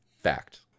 fact